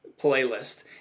playlist